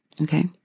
Okay